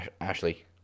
Ashley